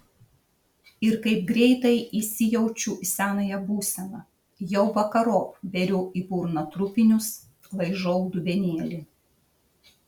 ir kaip greitai įsijaučiu į senąją būseną jau vakarop beriu į burną trupinius laižau dubenėlį